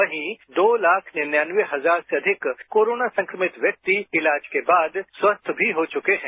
वहीं दो लाख निन्यानवे हजार से अधिक कोरोना संक्रमित व्यक्ति इलाज के बाद स्वस्थ भी हो चुके हैं